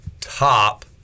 top